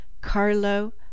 Carlo